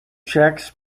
cheques